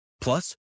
Plus